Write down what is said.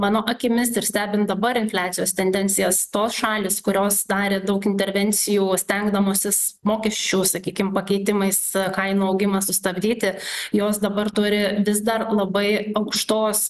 mano akimis ir stebint dabar infliacijos tendencijas tos šalys kurios darė daug intervencijų stengdamosis mokesčių sakykim pakeitimais kainų augimą sustabdyti jos dabar turi vis dar labai aukštos